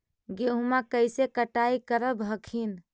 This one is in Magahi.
गेहुमा कैसे कटाई करब हखिन?